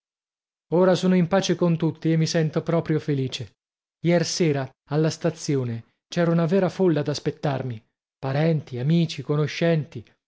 ora sono in pace con tutti e mi sento proprio felice iersera alla stazione c'era una vera folla ad aspettarmi parenti amici conoscenti